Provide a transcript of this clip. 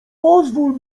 pozwól